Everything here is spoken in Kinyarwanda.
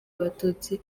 abatutsi